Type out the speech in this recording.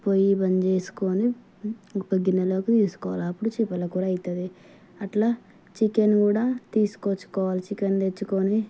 పొయ్యి బందు చేసుకొని ఒక గిన్నెలోకి తీసుకోవాలి అప్పుడు చేపల కూర అవుతుంది అట్లా చికెన్ కూడా తీసుకొచ్చుకోవాలి చికెన్ తెచ్చుకొని